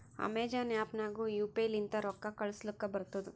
Amazon app ನಾಗ್ನು U P I ಲಿಂತ ರೊಕ್ಕಾ ಕಳೂಸಲಕ್ ಬರ್ತುದ್